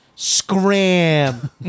Scram